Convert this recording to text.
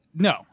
No